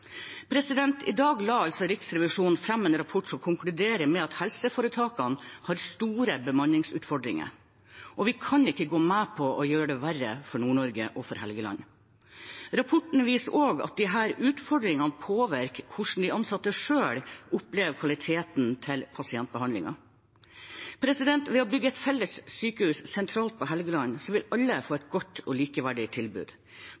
vekk. I dag la altså Riksrevisjonen fram en rapport som konkluderer med at helseforetakene har store bemanningsutfordringer. Vi kan ikke gå med på å gjøre det verre for Nord-Norge og for Helgeland. Rapporten viser også at disse utfordringene påvirker hvordan de ansatte selv opplever kvaliteten på pasientbehandlingen. Ved å bygge et felles sykehus sentralt på Helgeland vil alle få et godt og likeverdig tilbud.